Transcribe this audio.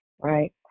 right